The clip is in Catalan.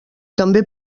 també